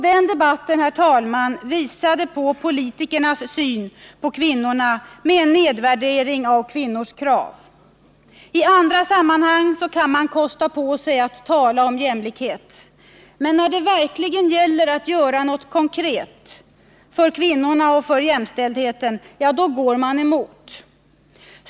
Den debatten visade på politikernas syn på kvinnorna och nedvärderingen av kvinnors krav. I andra sammanhang kan man kosta på sig att tala om jämlikhet. Men när det verkligen gäller att göra något konkret för kvinnorna och jämställdheten — då går man emot.